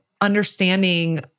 understanding